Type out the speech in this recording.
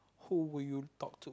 who will you talk to